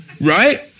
right